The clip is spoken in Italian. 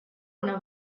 una